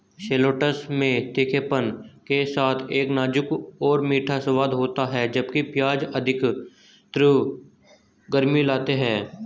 shallots में तीखेपन के साथ एक नाजुक और मीठा स्वाद होता है, जबकि प्याज अधिक तीव्र गर्मी लाते हैं